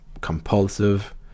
compulsive